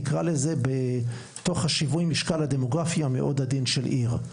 נקרא לזה בתוך השיווי משקל הדמוגרפיה המאוד עדין של עיר,